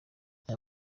ayo